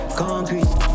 concrete